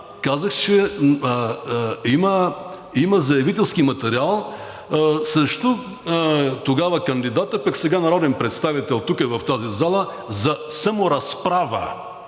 казах, че има заявителски материал срещу тогава кандидата, а пък сега народен представител тук, в тази зала, за саморазправа.